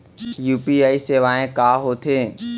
UPI सेवाएं का होथे